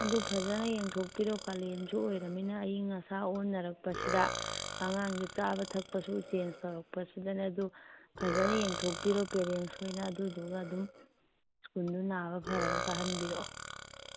ꯑꯗꯨ ꯐꯖꯅ ꯌꯦꯡꯊꯣꯛꯄꯤꯔꯣ ꯀꯥꯂꯦꯟꯁꯨ ꯑꯣꯏꯔꯃꯤꯅ ꯑꯏꯪ ꯑꯁꯥ ꯑꯣꯟꯅꯔꯛꯄꯁꯤꯗ ꯑꯉꯥꯡꯗꯤ ꯆꯥꯕ ꯊꯛꯄꯁꯨ ꯆꯦꯟꯁ ꯇꯧꯔꯛꯄꯁꯤꯗꯅꯦ ꯑꯗꯨ ꯐꯖꯅ ꯌꯦꯡꯊꯣꯛꯄꯤꯔꯣ ꯄꯦꯔꯦꯟꯁ ꯍꯣꯏꯅ ꯑꯗꯨꯗꯨꯒ ꯑꯗꯨꯝ ꯁ꯭ꯀꯨꯟꯗꯨ ꯅꯥꯕ ꯐꯔꯒ ꯀꯥꯍꯟꯕꯤꯔꯛꯑꯣ